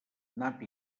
nap